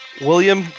William